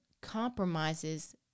compromises